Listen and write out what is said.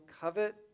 covet